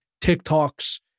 TikToks